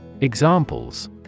Examples